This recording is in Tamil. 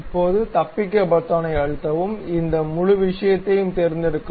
இப்போது தப்பிக்க அழுத்தவும் இந்த முழு விஷயத்தையும் தேர்ந்தெடுக்கவும்